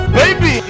baby